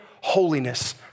holiness